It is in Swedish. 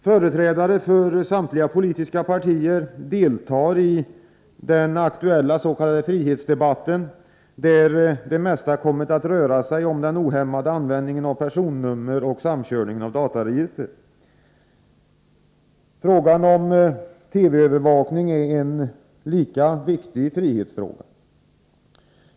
Företrädare för samtliga politiska partier deltar i den aktuella s.k. frihetsdebatten, där det mesta kommit att röra sig om den ohämmade användningen av personnummer och samkörning av dataregister. Frågan om TV-övervakning är en lika viktig frihetsfråga.